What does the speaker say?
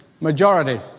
majority